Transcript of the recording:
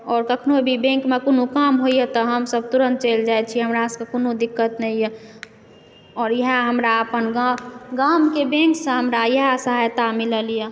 आओर कखनो भी बैङ्कमे कोनो काम होइए तऽ हमसब तुरन्त चलि जाइ छियै हमरा सबके कोनो दिक्कत नहि यऽ आओर इएह हमरा अपन गामके बैङ्कसँ हमरा इएह सहायता मिलल यऽ